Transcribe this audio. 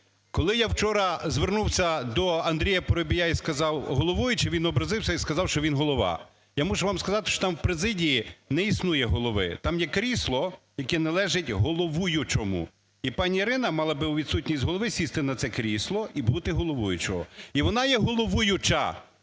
Коли я вчора звернувся до Андрія Парубія і сказав "головуючий", він образився і сказав, що він "голова". Я мушу вам сказати, що там у президії не існує "голови", там є крісло, яке належить головуючому. І пані Ірина мала б у відсутності Голови сісти на це крісло і бути головуючим. І вона є головуюча,